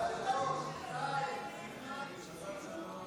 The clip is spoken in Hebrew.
(פיצוי עונשי לנפגעי עבירה),